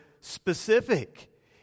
specific